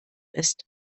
ist